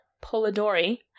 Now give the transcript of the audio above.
polidori